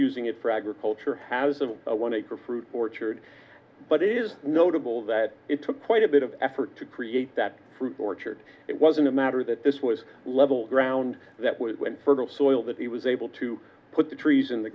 using it for agriculture has a one acre fruit orchard but is notable that it took quite a bit of effort to create that orchard it wasn't a matter that this was level ground that was fertile soil that he was able to put the trees in the